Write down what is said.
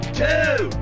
two